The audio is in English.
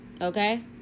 Okay